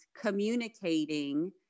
communicating